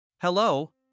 hello